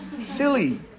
Silly